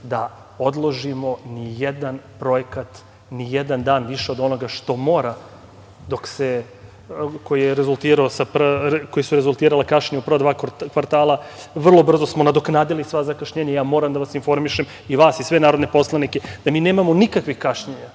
da odložimo nijedan projekat, nijedan dan više od onoga što mora, koji su rezultirali kašnjenje u prva dva kvartala, vrlo brzo smo nadoknadili sva zakašnjenja. Moram da vas informišem, vas i sve narodne poslanike, da mi nemamo nikakvih kašnjenja